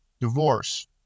divorce